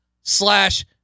Slash